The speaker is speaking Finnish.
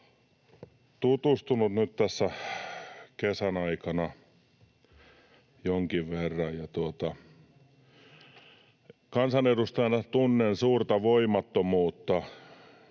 olen tutustunut nyt tässä kesän aikana jonkin verran, ja kansanedustajana tunnen suurta voimattomuutta,